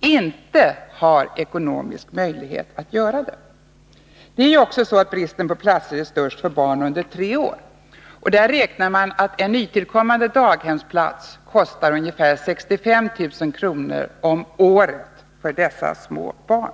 inte har ekonomisk möjlighet att göra det. Det är också så att bristen på platser är störst för barn under 3 år. Man beräknar att en nytillkommande daghemsplats kostar ungefär 65 000 kr. om året för dessa små barn.